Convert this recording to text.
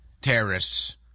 terrorists